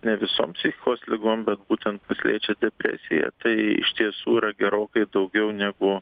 ne visom psichikos ligom bet būtent kas liečia depresiją tai iš tiesų yra gerokai daugiau negu